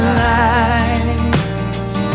lights